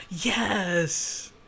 Yes